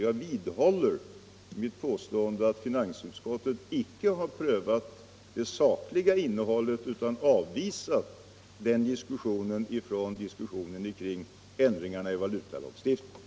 Jag vidhåller mitt påstående att finansutskottet icke har prövat det sakliga innehållet, utan avvisat den diskussionen ifrån frågan om ändringar i valutalagstiftningen.